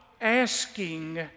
asking